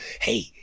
Hey